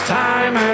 time